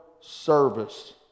service